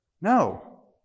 No